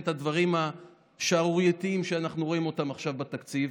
את הדברים השערורייתיים שאנחנו רואים אותם עכשיו בתקציב.